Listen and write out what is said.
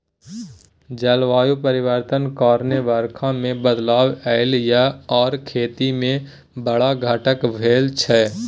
जलबायु परिवर्तन कारणेँ बरखा मे बदलाव एलय यै आर खेती मे बड़ घाटा भेल छै